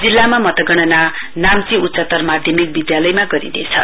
जिल्लामा मतगणना नाम्ची उच्चतर माध्यमिक विधालयमा गरिने छ